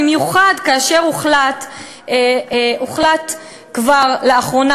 במיוחד כאשר הוחלט כבר לאחרונה,